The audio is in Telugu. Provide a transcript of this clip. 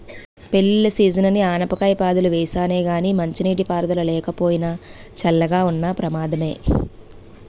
పెళ్ళిళ్ళ సీజనని ఆనపకాయ పాదులు వేసానే గానీ మంచినీటి పారుదల లేకపోయినా, చల్లగా ఉన్న ప్రమాదమే